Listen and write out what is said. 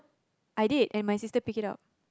I did and my sister picked it up